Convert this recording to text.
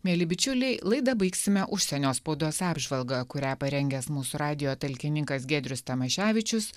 mieli bičiuliai laidą baigsime užsienio spaudos apžvalga kurią parengęs mūsų radijo talkininkas giedrius tamaševičius